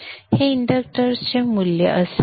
हे इंडक्टर्सचे मूल्य असेल